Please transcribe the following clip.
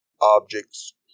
objects